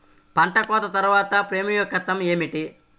పంట కోత తర్వాత ప్రాముఖ్యత ఏమిటీ?